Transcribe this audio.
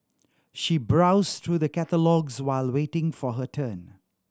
she browsed through the catalogues while waiting for her turn